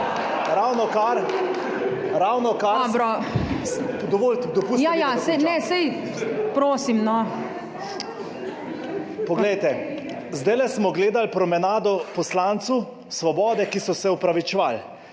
Poglejte, zdajle smo gledali promenado poslancev Svobode, ki so se opravičevali.